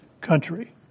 country